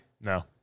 No